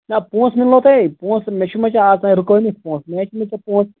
نہ پونسہٕ مِلنو تۄہہِ پونسہٕ مےٚ چھو مےٚ ژےٚ آز تانۍ رُکٲے مٕتۍ پونسہٕ مےٚ چھِ مٕے ژےٚ پونسہٕ